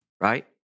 right